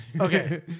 Okay